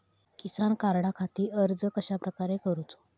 किसान कार्डखाती अर्ज कश्याप्रकारे करूचो?